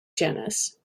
genus